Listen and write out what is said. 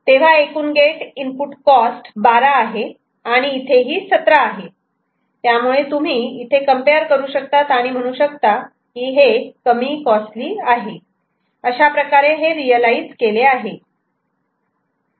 तेव्हा एकूण gate input cost 12 आहे आणि इथे ही 17 आहे त्यामुळे तुम्ही इथे कम्पेअर करू शकतात आणि म्हणू शकता की हे कमी कॉस्टली आहे अशाप्रकारे हे रियलायझ केले आहे